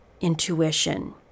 intuition